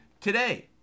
today